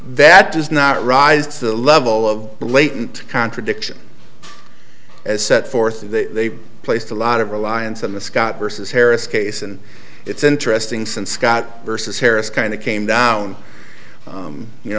that does not rise to the level of blatant contradiction as set forth they placed a lot of reliance on the scott vs harris case and it's interesting since scott versus harris kind of came down you know